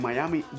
Miami